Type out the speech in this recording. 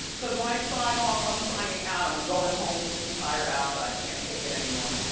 cause when i sign off, i'm signing out, i'm going home with this entire outfit, i can't take it anymore.